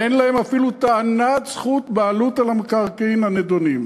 אין להם אפילו טענת זכות בעלות על המקרקעין הנדונים,